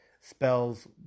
spells